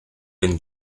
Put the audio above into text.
been